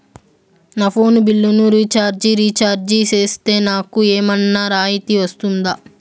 నా ఫోను బిల్లును recharge recharge సేస్తే, నాకు ఏమన్నా రాయితీ వస్తుందా?